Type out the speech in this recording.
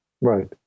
Right